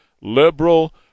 liberal